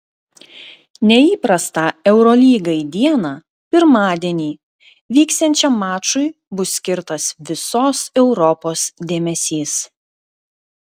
neįprastą eurolygai dieną pirmadienį vyksiančiam mačui bus skirtas visos europos dėmesys